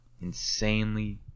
insanely